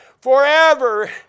forever